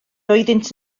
oeddynt